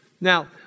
Now